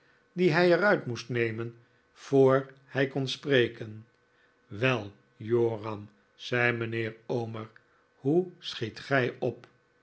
die hij er uit moest nemen voor hij kon spreken wel joram zei mijnheer omer hoe schiet gij op